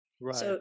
Right